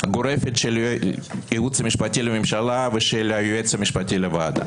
גורפת של הייעוץ המשפטי לממשלה ושל היועץ המשפטי לוועדה.